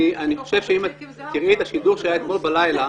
אני חושב שאם את תשמעי את השידור שהיה אתמול בלילה,